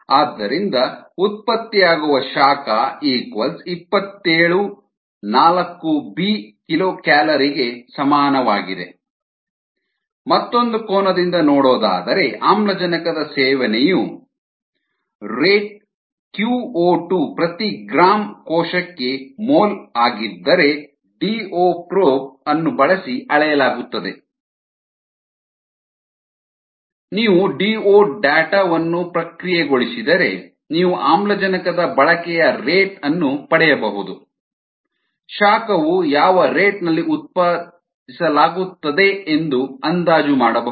ಆದ್ದರಿಂದ ಉತ್ಪತ್ತಿಯಾಗುವ ಶಾಖ ಇಪ್ಪತೇಳು 4ಬಿ 27 Kcal ಗೆ ಸಮಾನವಾಗಿದೆ ಮತ್ತೊಂದು ಕೋನದಿಂದ ನೋಡೋದಾದರೆ ಆಮ್ಲಜನಕದ ಸೇವನೆಯ ರೇಟ್ qO2 ಪ್ರತಿ ಗ್ರಾಂ ಕೋಶಕ್ಕೆ ಮೋಲ್ ಆಗಿದ್ದರೆ ಡಿಒ ಪ್ರೋಬ್ ಅನ್ನು ಬಳಸಿ ಅಳೆಯಲಾಗುತ್ತದೆ ಎಂದು ನಿಮಗೆ ತಿಳಿದಿದೆ ನೀವು ಡಿಒ ಡೇಟಾ ವನ್ನು ಪ್ರಕ್ರಿಯೆಗೊಳಿಸಿದರೆ ನೀವು ಆಮ್ಲಜನಕದ ಬಳಕೆಯ ರೇಟ್ ಅನ್ನು ಪಡೆಯಬಹುದು ಶಾಖವು ಯಾವ ರೇಟ್ ನಲ್ಲಿ ಉತ್ಪಾದಿಸಲಾಗುತ್ತದೆ ಎಂದು ಅಂದಾಜು ಮಾಡಬಹುದು